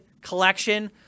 Collection